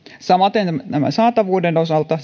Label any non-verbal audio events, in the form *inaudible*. samaten saatavuuden osalta *unintelligible*